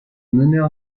meneur